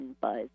buzz